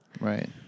Right